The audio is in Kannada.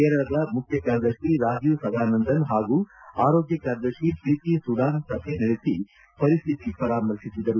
ಕೇರಳದ ಮುಖ್ಯ ಕಾರ್ಯದರ್ಶಿ ರಾಜೀವ್ ಸದಾನಂದನ್ ಹಾಗೂ ಆರೋಗ್ಕ ಕಾರ್ಯದರ್ಶಿ ಪ್ರೀತಿ ಸುಡಾನ್ ಸಭೆ ನಡೆಸಿ ಪರಿಸ್ಥಿತಿ ಪರಾಮರ್ಶಿಸಿದರು